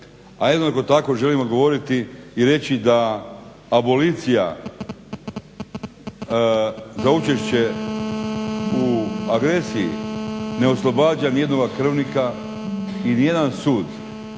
a jednako tako želim odgovoriti i reći da abolicija za učešće u agresiji ne oslobađa ni jednoga krvnika i ni jedan sud,